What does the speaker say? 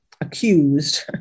accused